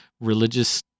religious